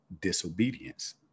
disobedience